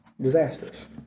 disastrous